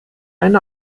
einen